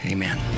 Amen